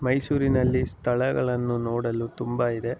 ಮೈಸೂರಿನಲ್ಲಿ ಸ್ಥಳಗಳನ್ನು ನೋಡಲು ತುಂಬ ಇದೆ